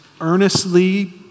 earnestly